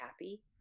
happy